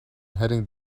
heading